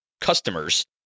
customers